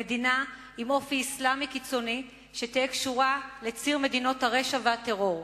מדינה עם אופי אסלאמי קיצוני שתהא קשורה לציר מדינות הרשע והטרור.